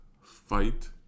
fight